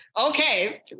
okay